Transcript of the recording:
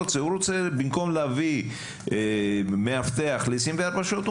במקום להביא מאבטח ל-24 שעות,